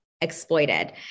exploited